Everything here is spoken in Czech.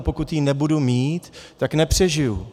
A pokud ji nebudu mít, tak nepřežiji.